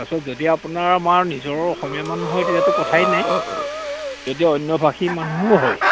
তাৰপিছত যদি আপোনাৰ আমাৰ নিজৰ অসমীয়া মানুহ হয় তেতিয়াতো কথাই নাই যদি অন্যভাষী মানুহো হয়